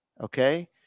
Okay